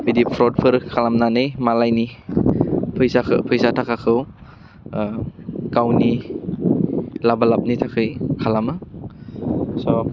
बिदि प्रदफोर खालामनानै मालायनि फैसाखौ फैसा थाखाखौ गावनि लाबालाबनि थाखै खालामो स'